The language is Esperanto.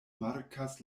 markas